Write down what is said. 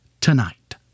tonight